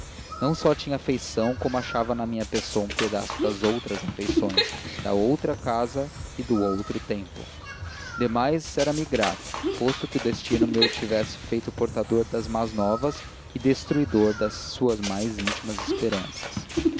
não só tinha afeição como achava na minha pessoa um pedaço das outras feições da outra casa e do outro tempo demais era-me grata posto que o destino me tivesse feito portador de más novas e destruidor de suas mais íntimas esperanças